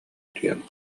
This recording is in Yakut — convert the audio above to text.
утуйан